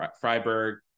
Freiburg